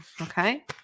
okay